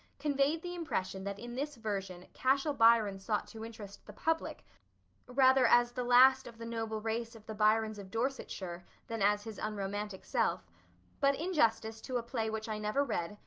conveyed the impression that in this version cashel byron sought to interest the public rather as the last of the noble race of the byrons of dorsetshire than as his unromantic self but in justice to a play which i never read,